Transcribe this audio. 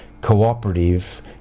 cooperative